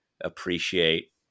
appreciate